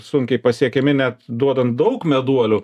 sunkiai pasiekiami net duodan daug meduolių